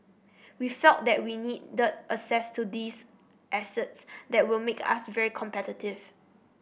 we felt that we needed access to these assets that would make us very competitive